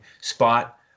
spot